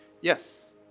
Yes